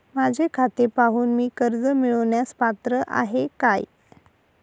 माझे खाते पाहून मी कर्ज मिळवण्यास पात्र आहे काय?